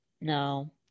no